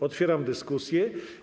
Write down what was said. Otwieram dyskusję.